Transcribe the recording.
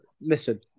Listen